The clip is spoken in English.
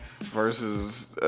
versus